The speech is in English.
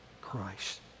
Christ